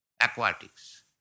aquatics